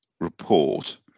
report